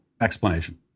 explanation